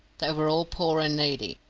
they were all poor and needy,